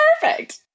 perfect